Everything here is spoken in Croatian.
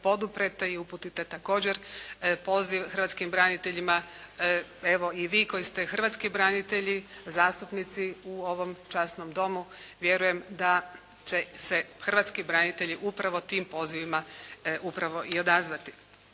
i uputite također poziv hrvatskim braniteljima evo i vi koji ste hrvatski branitelji zastupnici u ovom časnom Domu, vjerujem da će se hrvatski branitelji upravo tim pozivima upravo i odazvati.